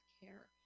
care